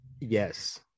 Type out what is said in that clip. yes